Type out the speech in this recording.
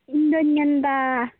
ᱤᱧᱫᱚᱧ ᱢᱮᱱᱫᱟ